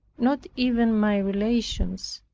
not even my relations,